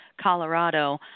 Colorado